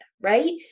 right